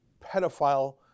pedophile